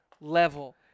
level